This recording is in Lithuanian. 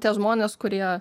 tie žmonės kurie